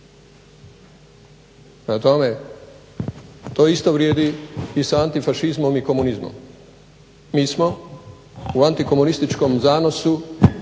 tome, to isto vrijedi i sa antifašizmom i komunizmom. Mi smo u antikomunističkom zanosu